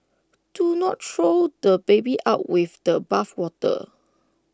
do not throw the baby out with the bathwater